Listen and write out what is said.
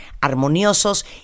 armoniosos